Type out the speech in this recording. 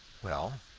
well?